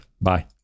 Bye